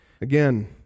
Again